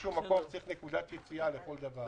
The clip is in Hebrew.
באיזשהו מקום צריך נקודת יציאה לכל דבר.